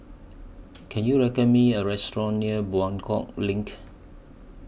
Can YOU recommend Me A Restaurant near Buangkok LINK